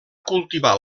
cultivar